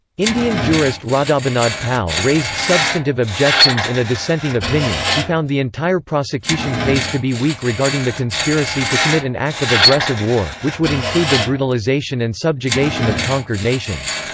indian jurist radhabinod pal raised substantive objections in a dissenting opinion he found the entire prosecution case to be weak regarding the conspiracy to commit an act of aggressive war, which would include the brutalization and subjugation of conquered nations.